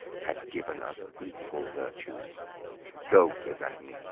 had given us equal vertues go evadne,